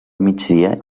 migdia